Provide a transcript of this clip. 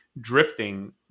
drifting